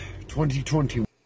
2021